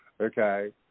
okay